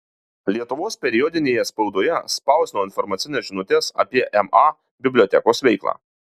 lietuvos periodinėje spaudoje spausdino informacines žinutes apie ma bibliotekos veiklą